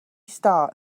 star